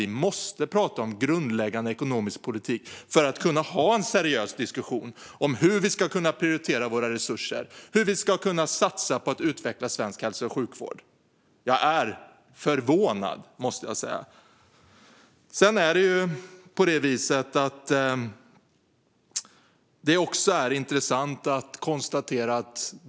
Vi måste prata om grundläggande ekonomisk politik för att kunna ha en seriös diskussion om hur vi ska kunna prioritera våra resurser och kunna satsa på att utveckla svensk hälso och sjukvård. Jag måste säga att jag är förvånad.